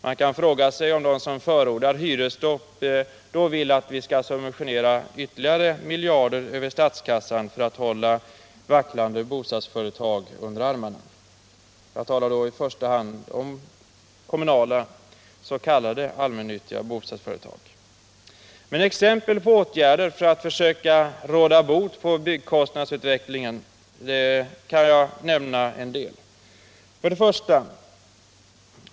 Man kan fråga sig om de som förordar hyresstopp vill att vi skall hålla vacklande bostadsföretag under armarna med ytterligare miljarder i subventioner över statskassan. Jag talar då i första hand om kommunala s.k. allmännyttiga bostadsföretag. Jag kan lämna en del exempel på åtgärder för att försöka råda bot på byggkostnadsutvecklingen: 1.